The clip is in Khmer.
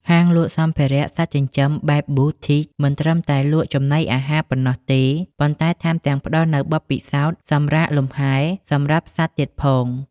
ហាងលក់សម្ភារៈសត្វចិញ្ចឹមបែប Boutique មិនត្រឹមតែលក់ចំណីអាហារប៉ុណ្ណោះទេ ប៉ុន្តែថែមទាំងផ្ដល់នូវបទពិសោធន៍សម្រាកលំហែ សម្រាប់សត្វទៀតផង។